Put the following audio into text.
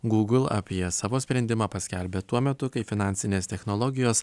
google apie savo sprendimą paskelbė tuo metu kai finansinės technologijos